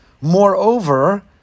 moreover